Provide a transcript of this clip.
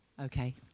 Okay